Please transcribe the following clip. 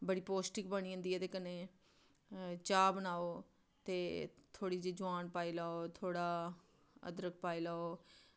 बड़ी पौष्टिक बनी जंदी एह्दे कन्नै चाह् बनाई लैओ थोह्ड़ी जेही जमैन पाई लैओ थोह्ड़ा अदरक पाई लैओ